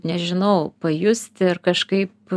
nežinau pajusti ir kažkaip